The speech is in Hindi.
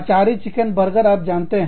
अचारी चिकन बर्गर आप जानते हैं